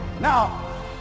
Now